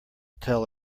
tell